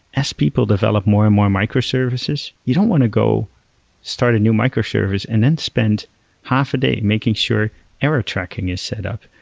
as people develop more and more microservices, you don't want to go start a new microservice and then spend half a day making sure error tracking is set up,